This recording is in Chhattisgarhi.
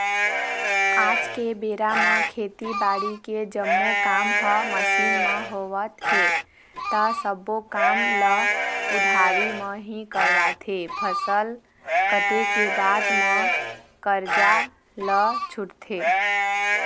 आज के बेरा म खेती बाड़ी के जम्मो काम ह मसीन म होवत हे ता सब्बो काम ल उधारी म ही करवाथे, फसल कटे के बाद म करजा ल छूटथे